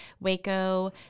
Waco